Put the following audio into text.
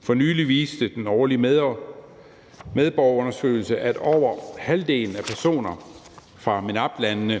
For nylig viste den årlige medborgerundersøgelse, at over halvdelen af personer fra MENAPT-landene